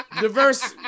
diverse